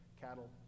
cattle